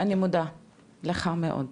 אני מודה לך מאוד,